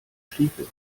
stiefel